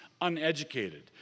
uneducated